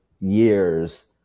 years